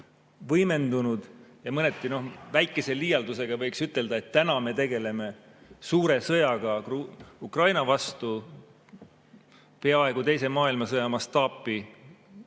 võimendunud. Ja mõneti väikese liialdusega võiks ütelda, et täna me tegeleme suure sõjaga Ukraina vastu, peaaegu teise maailmasõja mastaapi